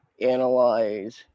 analyze